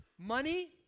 money